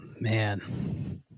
Man